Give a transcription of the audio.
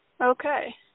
Okay